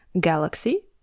Galaxy